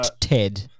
Ted